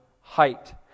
height